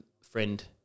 friend